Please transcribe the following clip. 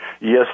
Yes